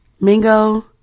Mingo